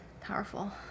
powerful